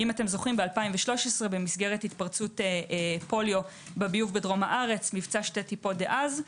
ב-2013 במסגרת התפרצות פוליו בביוב בדרום הארץ מבצע שתי טיפות דאז,